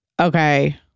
okay